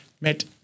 met